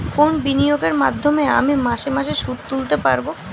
কোন বিনিয়োগের মাধ্যমে আমি মাসে মাসে সুদ তুলতে পারবো?